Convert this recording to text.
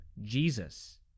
Jesus